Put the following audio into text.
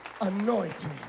anointing